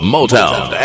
Motown